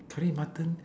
curry mutton